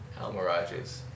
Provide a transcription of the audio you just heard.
almirages